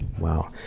wow